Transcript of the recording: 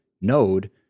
node